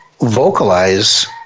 vocalize